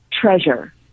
treasure